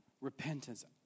Repentance